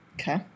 Okay